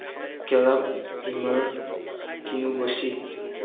ꯀꯦꯂꯞ ꯏꯃꯔꯀꯦꯅꯨꯒꯣꯁꯤ